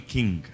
King